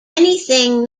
anything